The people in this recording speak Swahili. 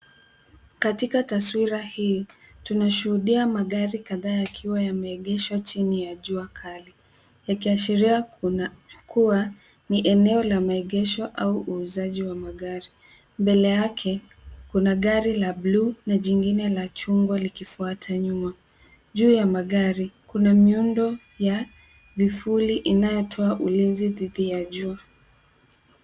Katika taswira hii tunashuhudia magari kadhaa yakiwa yameegeshwa chini ya jua kali yakiashiria kuna kuwa ni eneo la maegesho au uuzaji wa magari. Mbele yake kuna gari la bluu na jingine la chungwa likifuata nyuma. Juu ya magari kuna miundo ya vifuli inayotoa ulinzi dhidi ya juu.